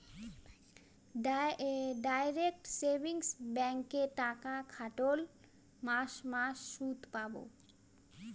direct savings ব্যাঙ্কে টাকা খাটোল মাস মাস সুদ পাবো